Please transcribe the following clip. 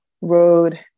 road